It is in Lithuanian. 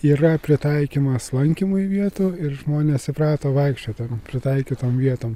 yra pritaikymas lankymui vietų ir žmonės įprato vaikščiot tom pritaikytom vietom